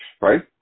right